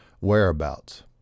whereabouts